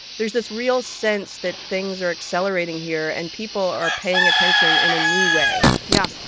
there's this real sense that things are accelerating here, and people are paying attention in a new way yeah.